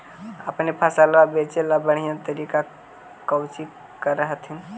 अपने फसलबा बचे ला बढ़िया तरीका कौची कर हखिन?